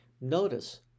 Notice